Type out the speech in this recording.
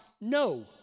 No